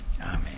Amen